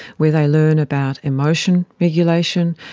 where they learn about emotion regulation,